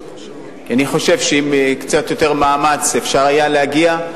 אני חושב שעם קצת יותר מאמץ היה אפשר להגיע,